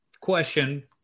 question